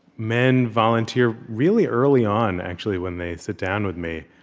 men volunteer really early on, actually, when they sit down with me.